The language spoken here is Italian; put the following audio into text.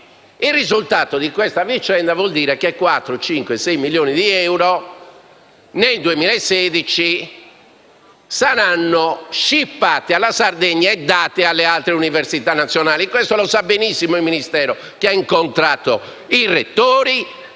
Il risultato di questa vicenda è che 4, 5, 6 milioni di euro nel 2016 saranno scippati alla Sardegna e dati alle altre università nazionali. E questo lo sa benissimo il Ministero, visto che ha incontrato i rettori